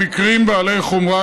במקרים בעלי חומרה,